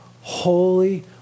holy